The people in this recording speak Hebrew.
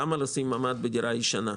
למה לשים ממ"ד בדירה ישנה?